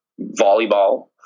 volleyball